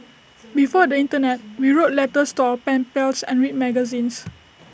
before the Internet we wrote letters to our pen pals and read magazines